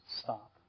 stop